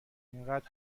اینقد